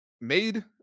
made